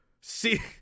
See